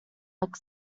look